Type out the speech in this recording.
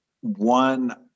one